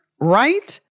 right